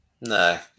No